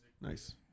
Nice